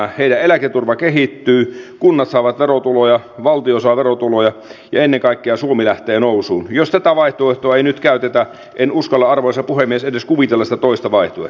heidän eläketurvansa kehittyy kunnat saavat verotuloja valtio saa verotuloja ja ennen kaikkea suomi lähtee nousuun jos eta vai tuotto ei nyt käytetä en uskalla arvoisa puhemies edes kuvitella saduista vaihtui